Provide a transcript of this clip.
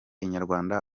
inyarwanda